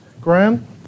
Graham